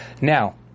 now